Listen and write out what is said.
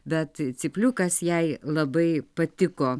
bet cypliukas jai labai patiko